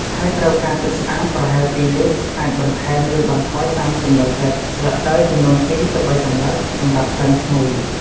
ហើយត្រូវការទឹកស្អាត ប្រហែល ២ លីត្រ អាចបន្ថែម ឬបន្ថយតាមចំណូលចិត្ត, ស្លឹកតើយចំនួន ២ ទៅ ៣ សន្លឹក សម្រាប់ក្លិនឈ្ងុយ។